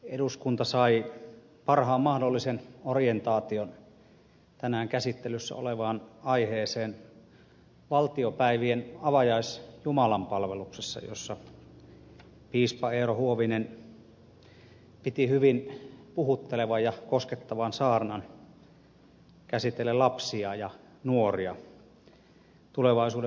eduskunta sai parhaan mahdollisen orientaation tänään käsittelyssä olevaan aiheeseen valtiopäivien avajaisjumalanpalveluksessa jossa piispa eero huovinen piti hyvin puhuttelevan ja koskettavan saarnan käsitellen lapsia ja nuoria tulevaisuuden voimavaraa